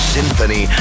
Symphony